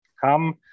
come